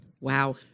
Wow